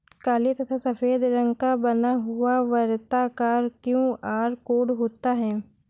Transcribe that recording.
काले तथा सफेद रंग का बना हुआ वर्ताकार क्यू.आर कोड होता है